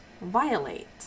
violate